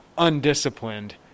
undisciplined